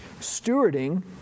stewarding